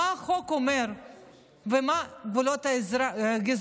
מה החוק אומר ומה גבולות הגזרה,